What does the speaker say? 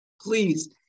Please